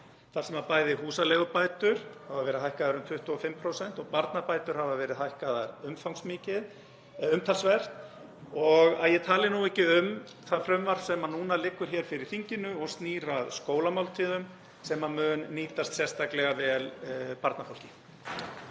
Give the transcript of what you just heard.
þar sem bæði húsaleigubætur hafa verið hækkaðar um 25% og barnabætur hafa verið hækkaðar umtalsvert, að ég tali nú ekki um það frumvarp sem núna liggur hér fyrir þinginu og snýr að skólamáltíðum sem mun nýtast barnafólki